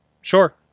sure